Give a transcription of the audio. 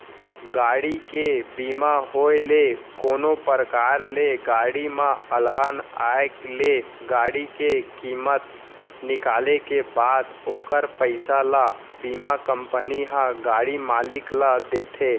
गाड़ी के बीमा होय ले कोनो परकार ले गाड़ी म अलहन आय ले गाड़ी के कीमत निकाले के बाद ओखर पइसा ल बीमा कंपनी ह गाड़ी मालिक ल देथे